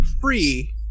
free